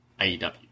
AEW